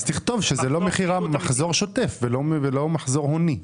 אז תכתוב שזה מחזור שוטף ולא מחזור הוני.